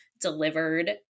delivered